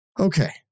Okay